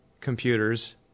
computers